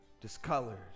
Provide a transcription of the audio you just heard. discolored